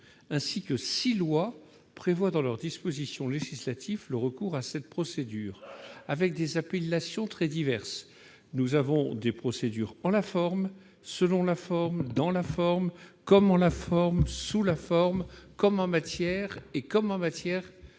ainsi que six lois prévoient, dans leurs dispositions législatives, le recours à cette procédure, avec des appellations très diverses : des procédures « en la forme »,« selon la forme »,« dans la forme »,« comme en la forme »,« sous la forme » et « comme en matière